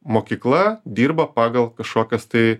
mokykla dirba pagal kažkokias tai